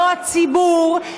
לא הציבור,